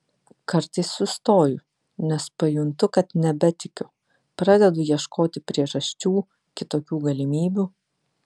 kartais sustoju nes pajuntu kad nebetikiu pradedu ieškoti priežasčių kitokių galimybių